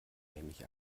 nämlich